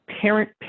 parent